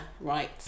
right